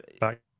Back